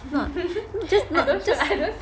just not just